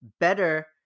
better